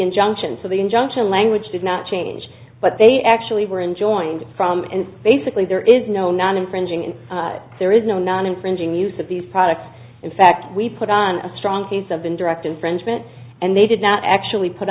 injunction so the injunction language does not change but they actually were enjoined from and basically there is no not infringing and there is no non infringing use of these products in fact we put on a strong case of indirect infringement and they did not actually put